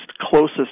closest